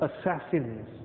assassins